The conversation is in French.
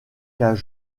ont